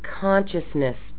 consciousness